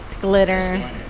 Glitter